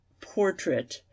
portrait